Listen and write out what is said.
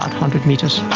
hundred metres.